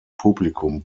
publikum